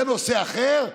זה נושא אחר,